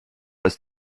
als